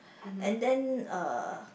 and then uh